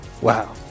Wow